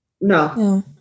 no